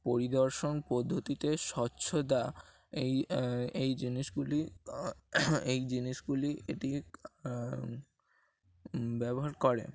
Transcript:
পরিদর্শন পদ্ধতিতে স্বচ্ছতা এই এই জিনিসগুলি এই জিনিসগুলি এটিকে ব্যবহার করে